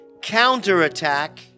counterattack